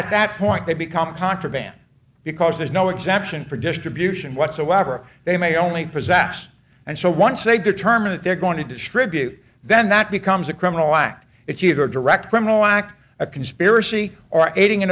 at that point they become contraband because there's no exemption for distribution whatsoever they may only possess and so once they determine that they're going to distribute then that becomes a criminal act it's either direct criminal act a conspiracy or aiding